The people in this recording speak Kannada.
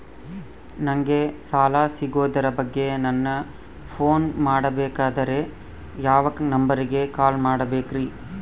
ನಂಗೆ ಸಾಲ ಸಿಗೋದರ ಬಗ್ಗೆ ನನ್ನ ಪೋನ್ ಮಾಡಬೇಕಂದರೆ ಯಾವ ನಂಬರಿಗೆ ಕಾಲ್ ಮಾಡಬೇಕ್ರಿ?